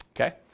okay